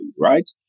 right